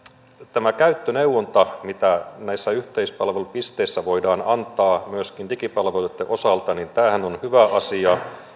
tämä käyttöneuvonta mitä yhteispalvelupisteissä voidaan antaa myöskin digipalveluitten osalta on hyvä asia